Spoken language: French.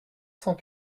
cent